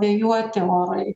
vėjuoti orai